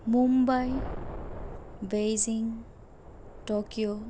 Mumbai Beijing Tokyo